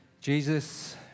Jesus